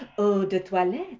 eau de toilette.